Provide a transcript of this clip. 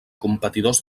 competidors